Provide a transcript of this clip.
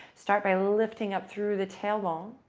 start by lifting up through the tail bone,